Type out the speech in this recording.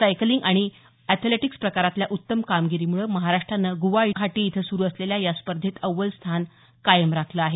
cycling आणि athletics प्रकरातल्या उत्तम कामगिरीमुळे महाराष्ट्रानं गुवाहाटी इथं सुरू या स्पर्धेत अव्वल स्थान कायम राखलं आहे